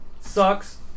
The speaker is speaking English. sucks